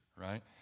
right